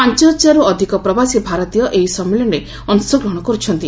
ପାଞ୍ଚ ହଜାରରୁ ଅଧିକ ପ୍ରବାସୀ ଭାରତୀୟ ଏହି ସମ୍ମିଳନୀରେ ଅଂଶଗ୍ରହଣ କରୁଛନ୍ତି